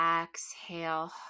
exhale